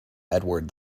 edward